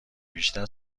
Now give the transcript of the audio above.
بیشتر